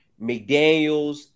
mcdaniels